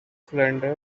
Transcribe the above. cylinder